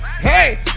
hey